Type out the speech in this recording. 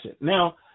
Now